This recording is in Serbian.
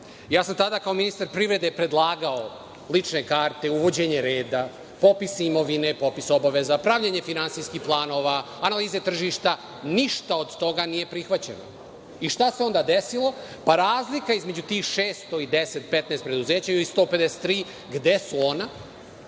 ja sam tada kao ministar privrede predlagao lične karte, uvođenje reda, popis imovine, popis obaveza, pravljenje finansijskih planova, analize tržišta. Ništa od toga nije prihvaćeno i šta se onda desilo? Pa, razlika između tih 600 i 10, 15 preduzeća ili 153, gde su ona?